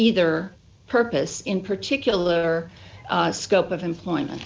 either purpose in particular scope of employment